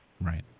Right